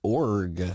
org